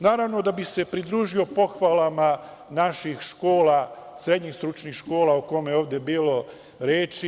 Naravno da bih se pridružio pohvalama naših škola, srednjestručnih škola o kojima je ovde bilo reči.